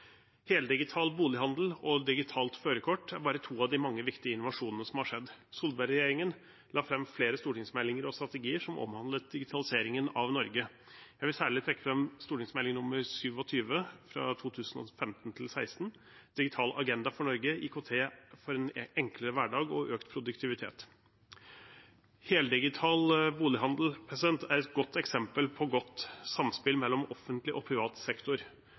Heldigital bolighandel og digitalt førerkort er bare to av de mange viktige innovasjonene som er skjedd. Solberg-regjeringen la fram flere stortingsmeldinger og strategier som omhandlet digitaliseringen av Norge. Jeg vil særlig trekke fram Meld. St. 27 for 2015–2016, Digital agenda for Norge – IKT for en enklere hverdag og økt produktivitet. Heldigital bolighandel er et godt eksempel på godt samspill mellom offentlig og privat sektor.